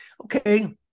okay